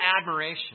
admiration